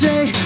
Say